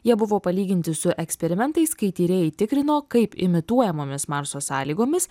jie buvo palyginti su eksperimentais kai tyrėjai tikrino kaip imituojamomis marso sąlygomis